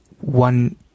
one